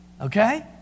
Okay